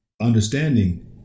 Understanding